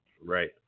Right